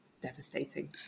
devastating